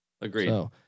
Agreed